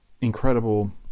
incredible